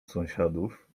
sąsiadów